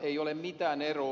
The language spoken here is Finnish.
ei ole mitään eroa